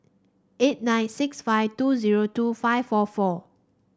eight nine six five two zero two five four four